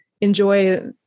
enjoy